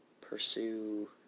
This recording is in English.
pursue